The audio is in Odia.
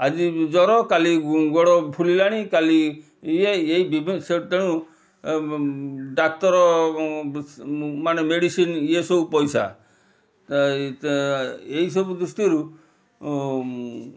ଆଜି ଜ୍ଵର କାଲି ଗୋଡ଼ ଫୁଲିଲାଣି କାଲି ଇଏ ଏଇ ସେ ତେଣୁ ଡାକ୍ତର ମାନେ ମେଡ଼ିସିନ୍ ଇଏ ସବୁ ପଇସା ଏହି ସବୁ ଦୃଷ୍ଟିରୁ